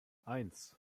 eins